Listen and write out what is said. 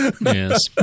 Yes